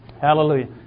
Hallelujah